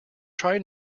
trying